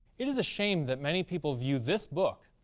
it is a shame that many people view this book,